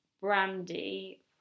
Brandy